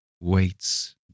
waits